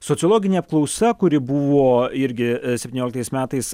sociologinė apklausa kuri buvo irgi septynioliktais metais